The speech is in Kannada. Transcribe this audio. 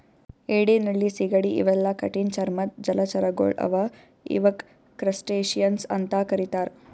ಏಡಿ ನಳ್ಳಿ ಸೀಗಡಿ ಇವೆಲ್ಲಾ ಕಠಿಣ್ ಚರ್ಮದ್ದ್ ಜಲಚರಗೊಳ್ ಅವಾ ಇವಕ್ಕ್ ಕ್ರಸ್ಟಸಿಯನ್ಸ್ ಅಂತಾ ಕರಿತಾರ್